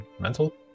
mental